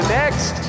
next